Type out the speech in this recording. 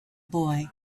boy